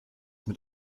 mit